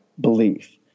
belief